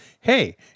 hey